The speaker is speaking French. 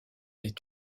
est